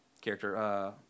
character